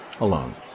alone